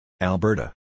Alberta